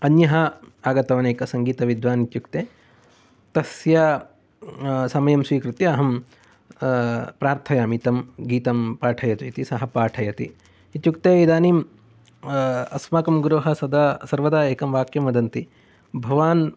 अन्यः आगतवान् एकः सङ्गीत विद्वान् इत्युक्ते तस्य समयं स्वीकृत्य अहं प्रार्थयामि तं गीतं पाठयति इति सः पाठयति इत्युक्ते इदानीम् अस्माकं गुरवः सदा सर्वदा एकं वाक्यं वदन्ति भवान्